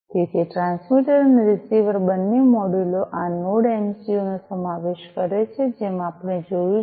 તેથી ટ્રાન્સમીટર અને રીસીવર બંને મોડ્યુલો આ નોડ એમસિયું નો સમાવેશ કરે છે જેમ આપણે જોયું છે